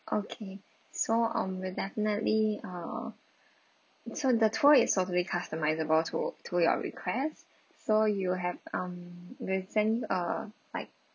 okay so um we'll definitely err so the tour is totally customisable to to your requests so you'll have um we'll sent you err like